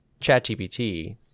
ChatGPT